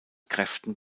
kräften